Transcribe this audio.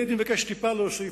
אני הייתי מבקש טיפה להוסיף.